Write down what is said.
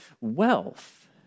wealth